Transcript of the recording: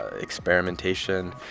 experimentation